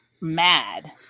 mad